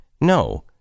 No